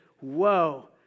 whoa